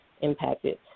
impacted